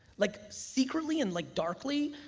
like secretly and like darkly,